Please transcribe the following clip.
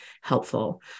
helpful